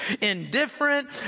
indifferent